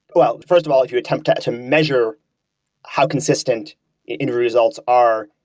well, first of all, if you attempt ah to measure how consistent interview results are,